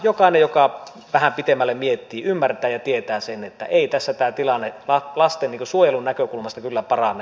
jokainen joka vähän pitemmälle miettii ymmärtää ja tietää sen että ei tässä tämä tilanne lastensuojelun näkökulmasta kyllä parane